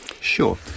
Sure